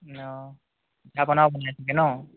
অঁ পিঠা পনাও বনাই থাকে ন